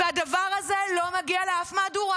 והדבר הזה לא מגיע לאף מהדורה.